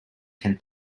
can